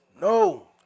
No